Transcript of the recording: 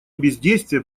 бездействия